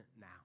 now